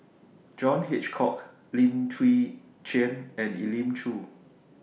John Hitchcock Lim Chwee Chian and Elim Chew